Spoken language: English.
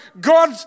God